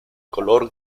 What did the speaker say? color